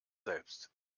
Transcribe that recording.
selbst